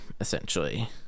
essentially